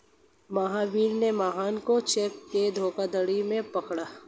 महावीर ने मोहन को चेक के धोखाधड़ी में पकड़ा